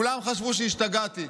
כולם חשבו שהשתגעתי.